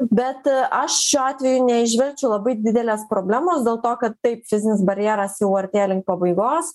bet aš šiuo atveju neįžvelgčiau labai didelės problemos dėl to kad taip fizinis barjeras jau artėja link pabaigos